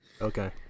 Okay